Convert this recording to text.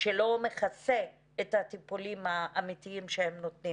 שבית החולים שלו הולך ומגדיל את היכולת שלו לטפל בחולי קורונה לפי הסדר.